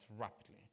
rapidly